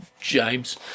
James